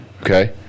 Okay